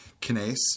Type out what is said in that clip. kinase